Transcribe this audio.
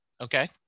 Okay